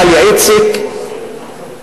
דליה איציק,